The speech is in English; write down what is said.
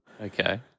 okay